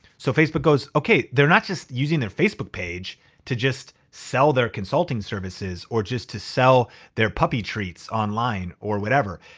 so facebook goes, okay, they're not just using their facebook page to just sell their consulting services or just to sell their puppy treats online or whatever,